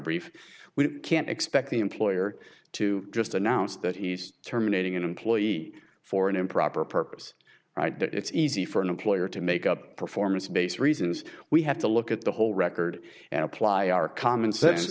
brief we can't expect the employer to just announce that he's terminating an employee for an improper purpose right that it's easy for an employer to make up performance based reasons we have to look at the whole record and apply our comm